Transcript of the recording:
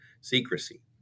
secrecy